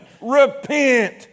repent